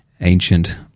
Ancient